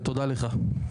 ותודה לך.